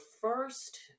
first